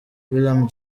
william